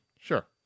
Sure